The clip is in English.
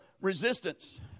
resistance